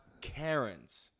Karens